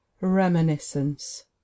Reminiscence